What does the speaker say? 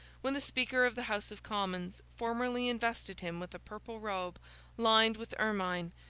when the speaker of the house of commons formally invested him with a purple robe lined with ermine,